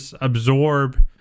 absorb